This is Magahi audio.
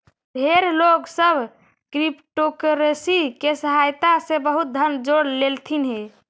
ढेर लोग सब क्रिप्टोकरेंसी के सहायता से बहुत धन जोड़ लेलथिन हे